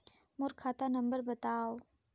मोर खाता नम्बर बताव?